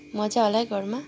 मजा होला है घरमा